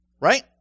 right